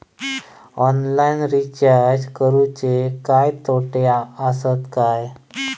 Online recharge करुचे काय तोटे आसत काय?